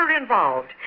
involved